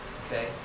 okay